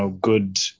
good